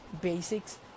basics